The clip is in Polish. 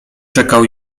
czekał